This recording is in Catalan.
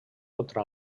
contra